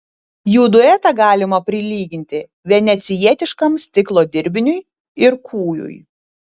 jų duetą galima prilyginti venecijietiškam stiklo dirbiniui ir kūjui